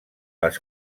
les